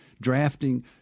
drafting